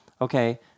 Okay